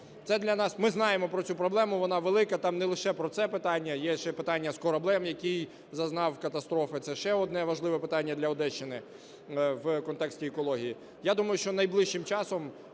Ми знаємо про цю проблему, вона велика, там не лише про це питання, є ще питання з кораблем, який зазнав катастрофи, це ще одне важливе питання для Одещини в контексті екології. Я думаю, що найближчим часом